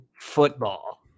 football